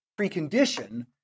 precondition